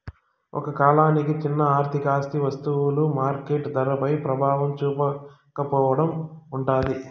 ఒక కాలానికి చిన్న ఆర్థిక ఆస్తి వస్తువులు మార్కెట్ ధరపై ప్రభావం చూపకపోవడం ఉంటాది